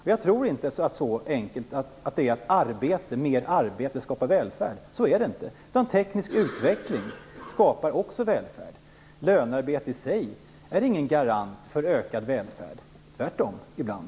Jag tror inte att det är så enkelt att mer arbete skapar välfärd. Så är det inte. Teknisk utveckling skapar också välfärd. Lönearbete i sig är ingen garant för ökad välfärd - tvärtom ibland.